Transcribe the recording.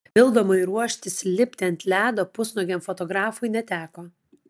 papildomai ruoštis lipti ant ledo pusnuogiam fotografui neteko